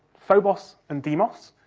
phobos and deimos.